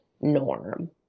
norm